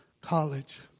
College